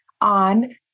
on